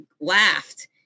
laughed